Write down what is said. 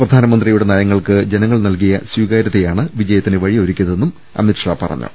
പ്രധാ നമന്ത്രിയുടെ നയങ്ങൾക്ക് ജനങ്ങൾ നൽകിയ സ്വീകാ രൃതയാണ് വിജയത്തിന് വഴിയൊരുക്കിയതെന്നും അമിത് ഷാ പറഞ്ഞു